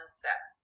set